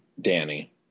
danny